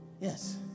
yes